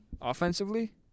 offensively